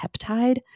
peptide